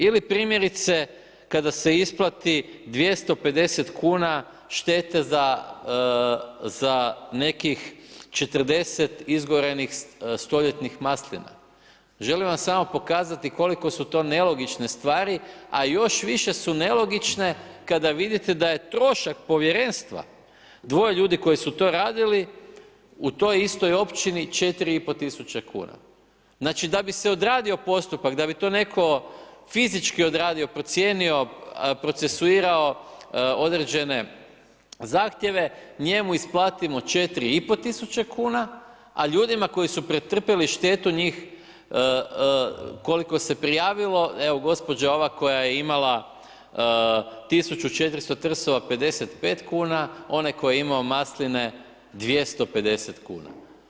Ili primjerice kada se isplati 250 kuna štete za nekih 40 izgorenih stoljetnih maslina, želim vam samo pokazati koliko su to nelogične stvari, a još više su nelogične kada vidite da je trošak povjerenstva dvoje ljudi koji su to radili u toj istoj općini 4500 kuna. znači da bi se odradio postupak, da bi to netko fizički odradio, procijenio, procesuirao određene zahtjeve, njemu isplatimo 4500 kuna, a ljudima koji su pretrpjeli štetu njih koliko se prijavilo, evo gospođa ova koja je imala 1400 trsova 55 kuna, onaj koji je imao masline 250 kuna.